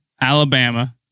Alabama